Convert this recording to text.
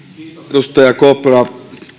edustaja kopra